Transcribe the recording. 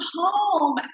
home